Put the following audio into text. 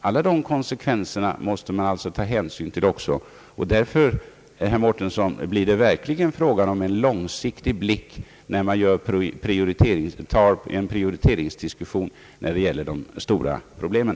Alla de konsekvenserna måste man ta hänsyn till och därför blir det verkligen, herr Mårtensson, fråga om en långsiktig bedömning av de stora problemen när man diskuterar prioriteringen.